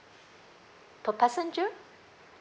per passenger